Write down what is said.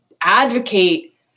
advocate